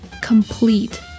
complete